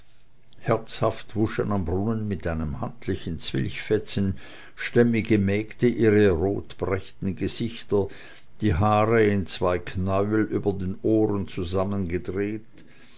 herzhaft wuschen am brunnen mit einem handlichen zwilchfetzen stämmige mägde ihre rotbrächten gesichter die haare in zwei knäuel über den ohren zusammengedreht